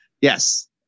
yes